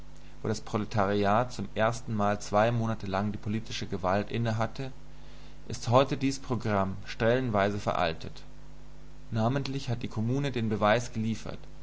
wo das proletariat zum erstenmal zwei monate lang die politische gewalt innehatte ist heute dies programm stellenweise veraltet namentlich hat die kommune den beweis geliefert